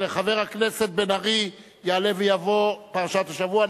חבר הכנסת בן-ארי, יעלה ויבוא, פרשת השבוע.